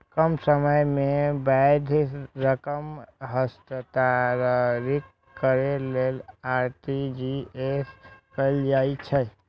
कम समय मे पैघ रकम हस्तांतरित करै लेल आर.टी.जी.एस कैल जाइ छै